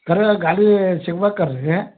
ಖರೆ ಗಾಡಿ ಸಿಗ್ಬೇಕು ರೀ